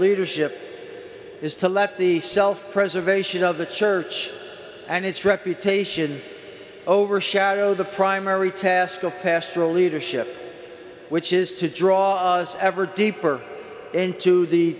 leadership is to let the self preservation of the church and its reputation overshadow the primary task of pastoral leadership which is to draw us ever deeper into the